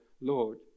Lord